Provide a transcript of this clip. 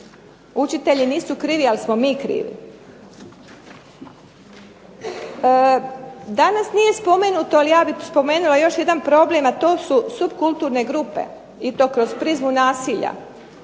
Učitelji nisu krivi, ali smo mi krivi. Danas nije spomenuto, ali ja bih spomenula još jedan problem, a to su subkulturne grupe i to kroz prizmu nasilja.